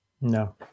No